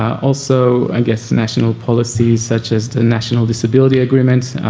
also, i guess, national policies such as the national disability agreement,